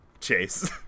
Chase